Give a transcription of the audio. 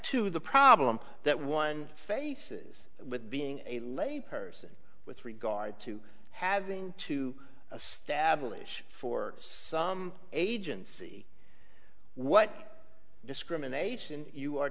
to the problem that one faces with being a lay person with regard to having to establish for some agency what discrimination you are